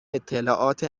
اطلاعات